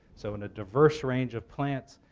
so in a diverse range of plants,